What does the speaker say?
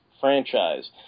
franchise